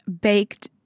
baked